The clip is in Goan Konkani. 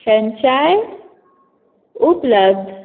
खंयच्याय उपलब्ध